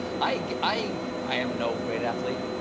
i i am no great athlete.